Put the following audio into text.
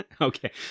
okay